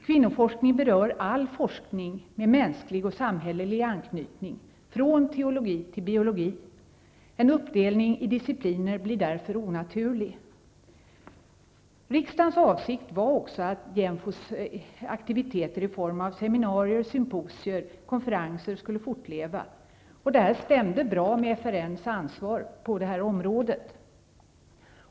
Kvinnoforskning berör all forskning med mänsklig och samhällelig anknytning, från teologi till biologi. En uppdelning i discipliner blir därför onaturlig. Riksdagens avsikt var också att JÄMFO:s aktiviteter i form av seminarier, symposier och konferenser skulle fortleva. Det stämde bra med FRN:s ansvar på detta område.